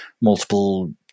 multiple